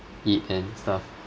eat and stuff